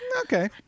Okay